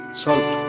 salt